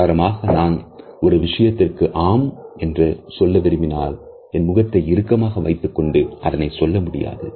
உதாரணமாக நான் ஒரு விஷயத்திற்கு 'ஆம்' என்று சொல்ல விரும்பினால் என் முகத்தை இறுக்கமாக வைத்துக்கொண்டு அதனைச் சொல்ல முடியாது